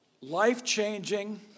life-changing